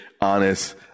honest